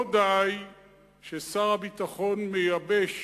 לא די ששר הביטחון מייבש